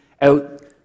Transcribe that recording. out